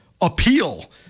appeal